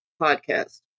podcast